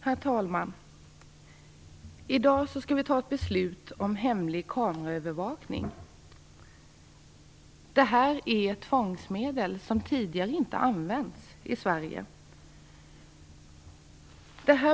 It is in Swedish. Herr talman! I dag skall vi behandla ett betänkande om hemlig kameraövervakning. Detta är ett tvångsmedel som tidigare inte har använts i Sverige.